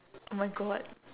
oh my god